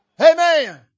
Amen